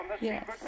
Yes